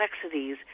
complexities